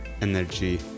energy